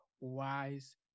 wise